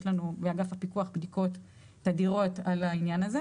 יש לנו באגף הפיקוח בדיקות תדירות על העניין הזה,